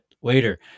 Waiter